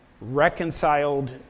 reconciled